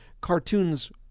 cartoons